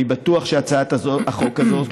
אני בטוח שהצעת החוק הזאת,